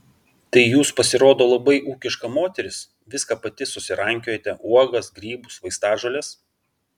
tai jūs pasirodo labai ūkiška moteris viską pati susirankiojate uogas grybus vaistažoles